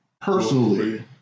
personally